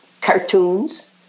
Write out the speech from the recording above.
cartoons